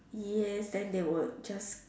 yes then they will just